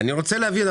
אני רוצה להבין,